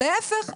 להיפך,